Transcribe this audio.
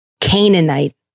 Canaanite